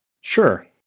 sure